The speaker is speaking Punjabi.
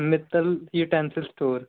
Mittal utensil store